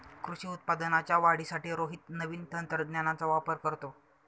कृषी उत्पादनाच्या वाढीसाठी रोहित नवीन तंत्रज्ञानाचा वापर करतो